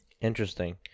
Interesting